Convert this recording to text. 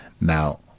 now